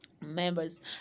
members